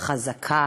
חזקה